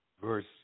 verse